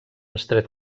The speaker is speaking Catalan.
estret